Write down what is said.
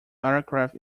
aircraft